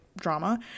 drama